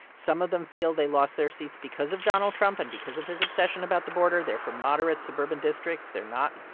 some of them feel they lost their seats because of donald trump and because of his obsession about the border. they're from moderate suburban districts. they're not,